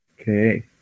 Okay